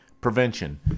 Prevention